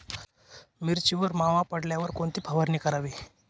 मिरचीवर मावा पडल्यावर कोणती फवारणी करावी?